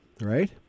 right